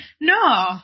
No